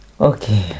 Okay